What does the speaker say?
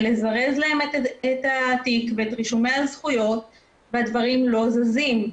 לזרז להם את התיק ואת רישומי הזכויות והדברים לא זזים.